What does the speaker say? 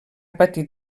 patit